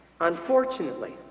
Unfortunately